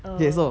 err